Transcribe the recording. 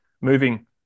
moving